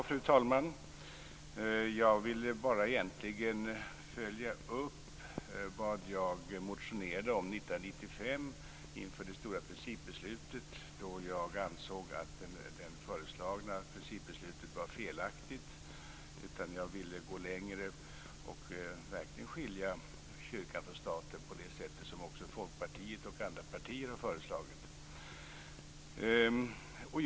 Fru talman! Jag vill bara följa upp vad jag motionerade om 1995 inför det stora principbeslutet. Jag ansåg att det föreslagna principbeslutet var felaktigt. Jag ville gå längre och verkligen skilja kyrkan från staten på det sätt som också Folkpartiet och andra partier har föreslagit.